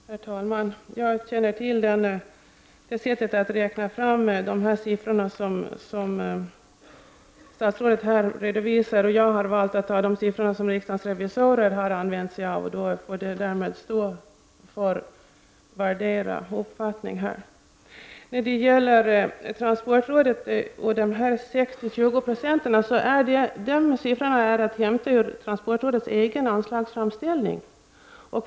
Herr talman! Jag känner till det sätt att räkna fram dessa siffror som statsrådet här redovisar. Jag har valt att ta de siffror som riksdagens revisorer har använt sig av. Uppfattningarna får stå emot varandra här. Siffrorna på 20 resp. 60 20 är hämtade ur transportrådets egen anslags framställning.